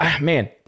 Man